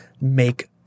make